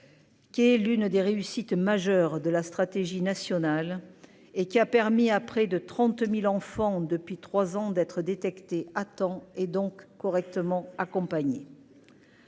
Qui est l'une des réussites majeures de la stratégie nationale et qui a permis à près de 30000 enfants depuis 3 ans, d'être détecté à temps et donc correctement accompagnés.